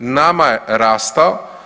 Nama je rastao.